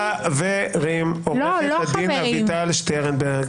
עו"ד אביטל שטרנברג.